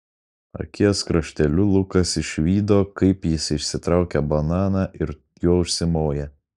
akies krašteliu lukas išvydo kaip jis išsitraukia bananą ir juo užsimoja